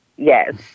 Yes